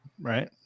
Right